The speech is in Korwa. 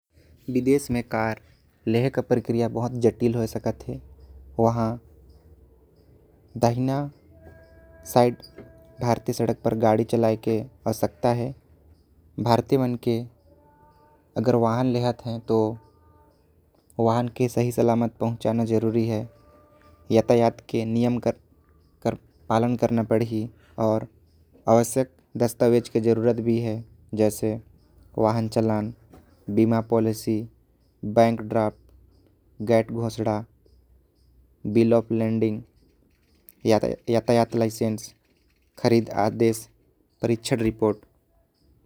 विदेश में कार लहे के प्रक्रिया बहुत जटिल हो सकत। हे वहां दाहिना साइड भारतीय सड़क पे गाड़ी चलाए के आवश्यकता हे। भारती मन के अगर वाहन लेहत है तो वाहन के सही सलामत पहुंचना जरूरी है। यातायात के नियम कर पालन करना पढ़ी। और आवश्यक दस्तावेज के जरूरत भी है। जैसे वाहन चलान बीमा पॉलिसी बैंक ड्राफ्ट गेट। घोषणा बिलोप्लैंडिंग यातायात लाइसेंस परीक्षण रिपोर्ट।